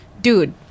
Dude